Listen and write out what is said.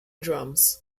drums